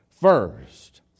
first